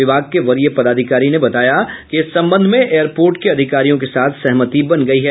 विभाग के वरीय पदाधिकारी ने बताया कि इस संबंध में एयर पोर्ट के अधिकारियों के साथ सहमति बन गयी है